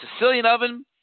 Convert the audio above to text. SicilianOven